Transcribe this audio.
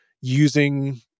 using